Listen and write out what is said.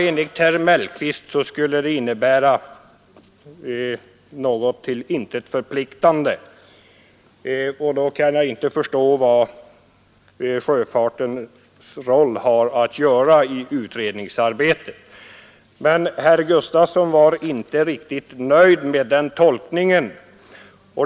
Enligt herr Mellqvist skulle den innebära något till intet förpliktande — då kan jag inte förstå vad sjöfartens roll har att göra i utredningsarbetet. Men herr Gustafson i Göteborg var inte riktigt nöjd med den tolkningen.